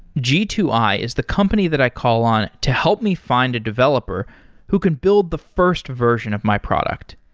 g two i is the company that i call on to help me find a developer who can build the first version of my product.